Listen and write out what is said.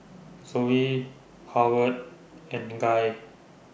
Zoe Howard and Guy